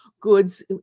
goods